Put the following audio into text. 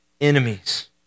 enemies